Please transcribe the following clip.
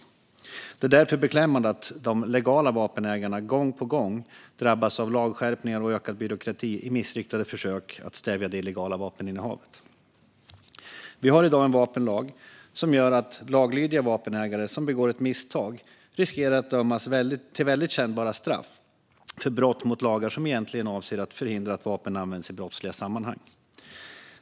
Det är därför beklämmande att de legala vapenägarna gång på gång drabbas av lagskärpningar och ökad byråkrati i missriktade försök att stävja det illegala vapeninnehavet. Vi har i dag en vapenlag som gör att laglydiga vapenägare som begår ett misstag riskerar att dömas till väldigt kännbara straff för brott mot lagar som egentligen avser att förhindra att vapen används i brottsliga sammanhang.